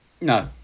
No